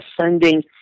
sending